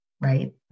right